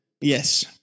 Yes